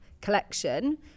collection